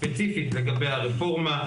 ספציפית לגבי הרפורמה,